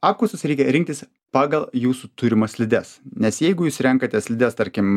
apkaustus reikia rinktis pagal jūsų turima slides nes jeigu jūs renkatės slides tarkim